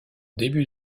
début